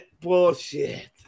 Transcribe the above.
bullshit